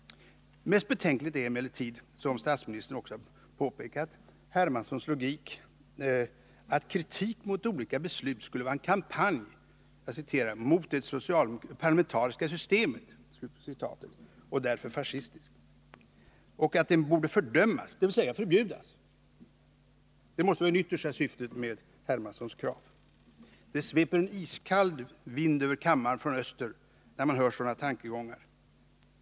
Mest betänkligt är emellertid, som statsministern också påpekat, Carl Henrik Hermanssons logik att kritik mot olika politiska beslut skulle vara en kampanj ”mot det parlamentariska systemet” och därför fascistiskt och att den borde fördömas, dvs. förbjudas — det måste vara det yttersta syftet med herr Hermanssons krav. Det sveper en iskall vind från öster över kammaren när man hör sådana tankegångar.